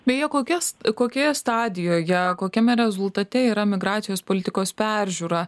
beje kokias kokioje stadijoje kokiame rezultate yra migracijos politikos peržiūra